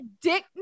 dick